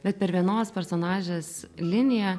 bet per vienos personažės liniją